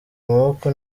amaboko